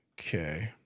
Okay